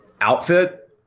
outfit